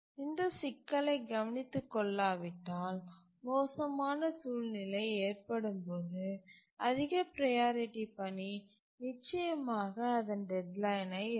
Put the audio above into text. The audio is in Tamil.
இந்த சிக்கலை கவனித்துக்கொள்ளாவிட்டால் மோசமான சூழ்நிலை ஏற்படும் போது அதிக ப்ரையாரிட்டி பணி நிச்சயமாக அதன் டெட்லைனை இழக்கும்